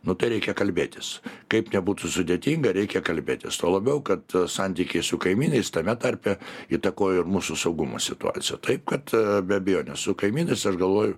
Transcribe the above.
nu tai reikia kalbėtis kaip nebūtų sudėtinga reikia kalbėtis tuo labiau kad santykiai su kaimynais tame tarpe įtakoja ir mūsų saugumo situaciją taip kad be abejonės su kaimynais aš galvoju